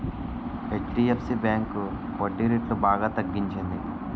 HDFC bank వడ్డీరేట్లు బాగా తగ్గించింది